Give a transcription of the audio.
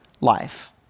life